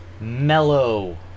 mellow